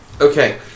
Okay